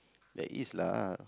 that is lah